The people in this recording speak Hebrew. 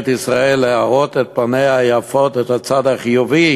ישראל להראות את פניה היפות ואת הצד החיובי,